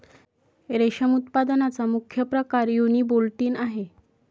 रेशम उत्पादनाचा मुख्य प्रकार युनिबोल्टिन आहे